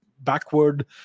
backward